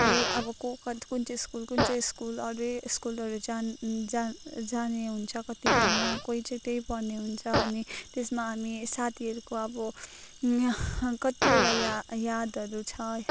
अबको कुन चाहिँ स्कुल कुन चाहिँ स्कुल अरू स्कुलहरू जान जान जाने हुन्छ कतिजना कोही चाहिँ त्यहीँ पढ्ने हुन्छ अनि त्यसमा हामी साथीहरूको अब कतिवटा याद यादहरू छ